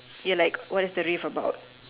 you like what's the rave about